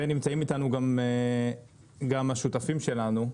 נמצאים איתנו גם השותפים שלנו,